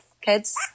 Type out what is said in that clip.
kids